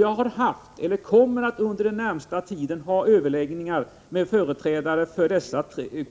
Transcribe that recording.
Jag har haft och kommer att under den närmaste tiden ha överläggningar med företrädare för dessa